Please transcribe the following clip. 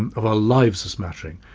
and of our lives as mattering,